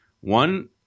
One—